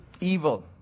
evil